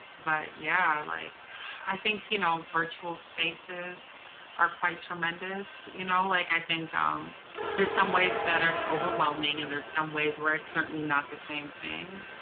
but yeah, i like i think, you know, virtual spaces are quite tremendous. you know, like i think um there's some ways that it's overwhelming and there's some ways where it's certainly not the same thing.